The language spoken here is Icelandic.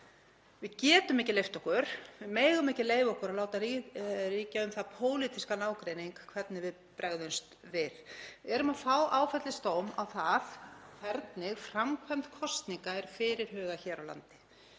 við getum ekki leyft okkur, við megum ekki leyfa okkur að láta ríkja um það pólitískan ágreining hvernig við bregðumst við. Við erum að fá áfellisdóm á það hvernig framkvæmd kosninga er fyrirhugað hér á landi.